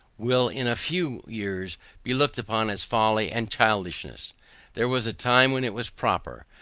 will in a few years be looked upon as folly and childishness there was a time when it was proper,